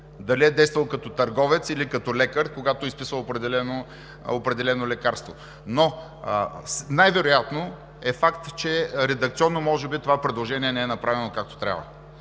дали е действал като търговец или като лекар, когато е изписвал определено лекарство. Най-вероятно е фактът, че редакционно може би това предложение не е направено както трябва.